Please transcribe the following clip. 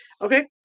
Okay